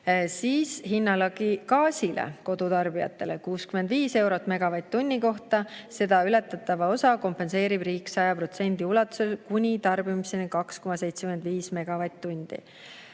Hinnalagi gaasile kodutarbijatele 65 eurot megavatt-tunni kohta, seda ületava osa kompenseerib riik 100% ulatuses kuni tarbimiseni 2,75 megavatt-tundi.